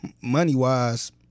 money-wise